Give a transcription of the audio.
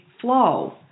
flow